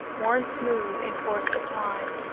worn smooth in course of time.